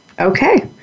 Okay